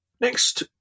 next